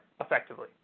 effectively